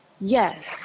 Yes